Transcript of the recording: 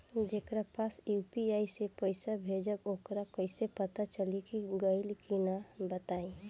जेकरा पास यू.पी.आई से पईसा भेजब वोकरा कईसे पता चली कि गइल की ना बताई?